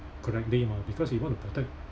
correctly mah because he want to protect